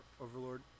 Overlord